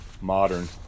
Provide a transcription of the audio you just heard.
modern